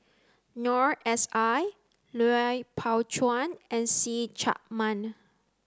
Noor S I Lui Pao Chuen and See Chak Mun